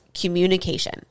communication